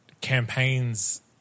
campaigns